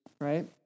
right